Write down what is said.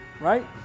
right